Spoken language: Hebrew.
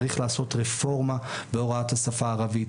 צריך לעשות רפורמה בהוראת השפה הערבית,